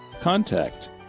contact